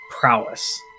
prowess